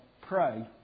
pray